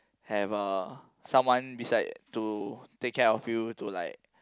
have a someone beside to take care of you to like